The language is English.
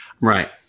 Right